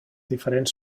diferents